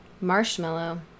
marshmallow